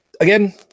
Again